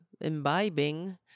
imbibing